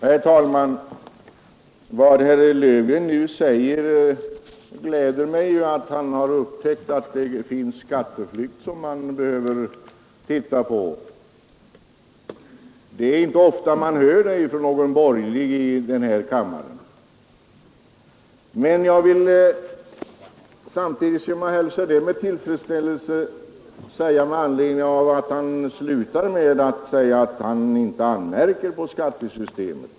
Herr talman! Det gläder mig att herr Löfgren har upptäckt att det förekommer en skatteflykt som det behöver göras någonting åt. Det är inte ofta man får höra det från någon borgerlig ledamot i denna kammare. Detta hälsar jag med tillfredsställelse. Men herr Löfgren slutade med att säga att han inte anmärker på skattesystemet.